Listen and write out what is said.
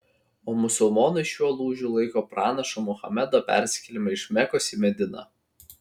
o musulmonai šiuo lūžiu laiko pranašo muhamedo persikėlimą iš mekos į mediną